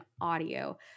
audio